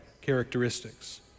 characteristics